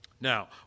Now